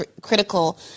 critical